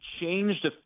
changed